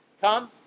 come